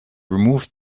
removed